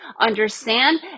understand